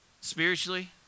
Spiritually